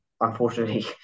Unfortunately